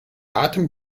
atem